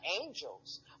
angels